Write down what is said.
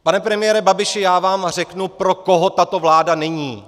Pane premiére Babiši, já vám řeknu, pro koho tato vláda není.